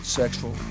sexual